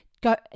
go